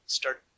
start